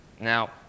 Now